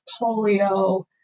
polio